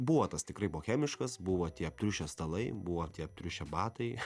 buvo tas tikrai bohemiškas buvo tie aptriušę stalai buvo aptriušę batai